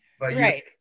Right